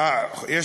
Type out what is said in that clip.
אנחנו